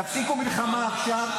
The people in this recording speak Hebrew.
תפסיקו מלחמה עכשיו.